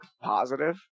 positive